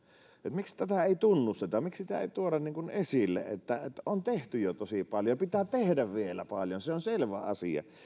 miksi tätä ei tunnusteta miksi sitä ei tuoda esille että on tehty jo tosi paljon pitää myös tehdä vielä paljon se on selvä asia